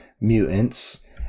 mutants